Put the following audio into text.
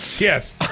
Yes